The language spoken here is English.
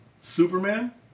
Superman